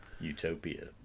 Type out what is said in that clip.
Utopia